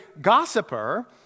gossiper